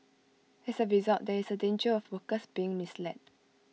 as A result there is A danger of workers being misled